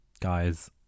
Guys